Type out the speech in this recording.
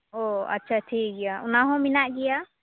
ᱚ ᱟᱪᱪᱷᱟ ᱴᱷᱤᱠ ᱜᱮᱭᱟ ᱚᱱᱟᱦᱚᱸ ᱢᱮᱱᱟᱜ ᱜᱮᱭᱟ